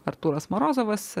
artūras morozovas